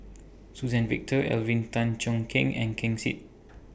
Suzann Victor Alvin Tan Cheong Kheng and Ken Seet